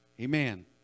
Amen